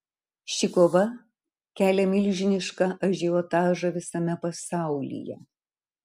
ši kova kelia milžinišką ažiotažą visame pasaulyje